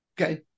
Okay